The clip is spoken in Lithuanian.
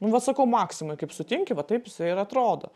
nu vat sakau maksimoj kaip sutinki va taip jisai ir atrodo